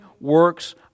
works